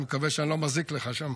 אני מקווה שאני לא מזיק לך שם.